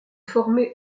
formé